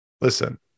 listen